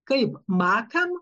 kaip makam